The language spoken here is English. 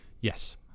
Yes